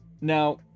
now